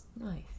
nice